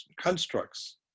constructs